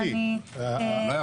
שלחו מכתב.